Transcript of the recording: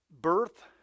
birth